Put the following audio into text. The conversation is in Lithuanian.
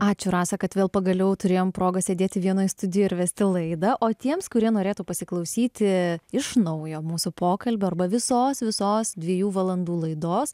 ačiū rasa kad vėl pagaliau turėjom progą sėdėti vienoj studijoj ir vesti laidą o tiems kurie norėtų pasiklausyti iš naujo mūsų pokalbio arba visos visos dviejų valandų laidos